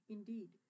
Indeed